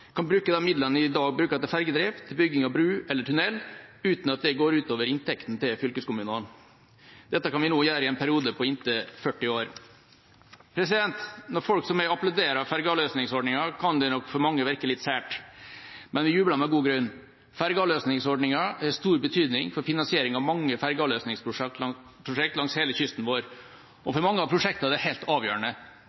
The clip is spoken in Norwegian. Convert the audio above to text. kan bruke de midlene de i dag bruker til fergedrift, til bygging av bru eller tunnel uten at det går ut over inntektene til fylkeskommunene. Dette kan vi nå gjøre i en periode på inntil 40 år. Når folk som meg applauderer fergeavløsningsordninga, kan det nok for mange virke litt sært, men vi jubler med god grunn. Fergeavløsningsordninga har stor betydning for finansiering av mange fergeavløsningsprosjekter langs hele kysten vår. For mange av prosjektene er det helt avgjørende,